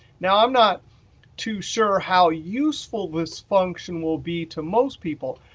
now i'm not too sure how useful this function will be to most people,